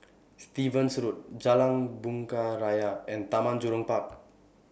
Stevens Road Jalan Bunga Raya and Taman Jurong Park